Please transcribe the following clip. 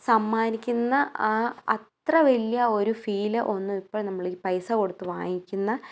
സമ്മാനിക്കുന്ന ആ അത്ര വലിയ ഒരു ഫീല് ഒന്നും ഇപ്പം നമ്മൾ പൈസ കൊടുത്ത് വാങ്ങിക്കുന്ന